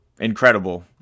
incredible